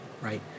right